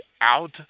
out